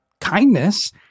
kindness